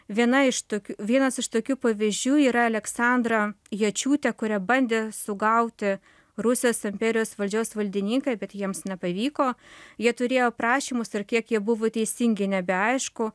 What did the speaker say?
viena iš tokių vienas iš tokių pavyzdžių yra aleksandra ječiūtė kurią bandė sugauti rusijos imperijos valdžios valdininkai bet jiems nepavyko jie turėjo aprašymus ir kiek jie buvo teisingi nebeaišku